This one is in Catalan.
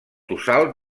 tossal